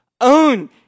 own